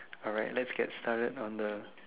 alright let's get started on the